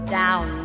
down